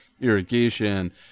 irrigation